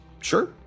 Sure